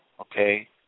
okay